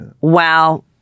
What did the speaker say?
Wow